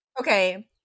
Okay